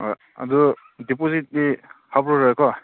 ꯑꯗꯨ ꯗꯤꯄꯣꯖꯤꯠꯇꯤ ꯍꯥꯞꯄꯔꯣꯏꯀꯣ